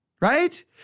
right